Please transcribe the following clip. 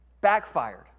Backfired